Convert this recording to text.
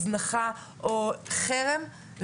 הזנחה או חרם,